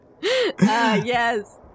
yes